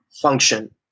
function